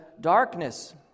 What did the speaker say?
darkness